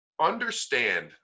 Understand